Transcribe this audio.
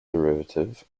derivative